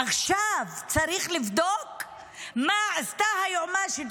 עכשיו צריך לבדוק מה עשתה היועמ"שית